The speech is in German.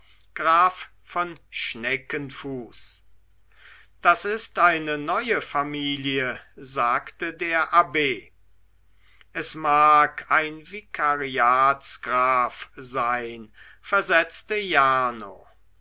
graf von schneckenfuß das ist eine neue familie sagte der abb es mag ein vikariatsgraf sein versetzte jarno